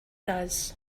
does